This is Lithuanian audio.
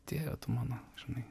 dieve tu mano žinai